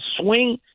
swing